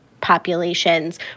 populations